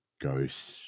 ghost